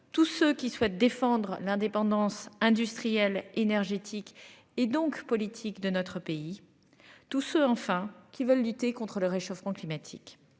Tous ceux qui souhaitent défendre l'indépendance industrielle énergétique et donc politique de notre pays. Tous ceux enfin qui veulent lutter contre le réchauffement climatique.